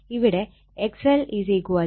ഇവിടെ XLLω 70